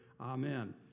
Amen